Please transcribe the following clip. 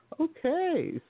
Okay